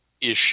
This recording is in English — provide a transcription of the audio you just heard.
issue